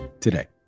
today